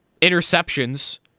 Interceptions